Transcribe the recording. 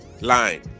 line